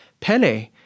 Pele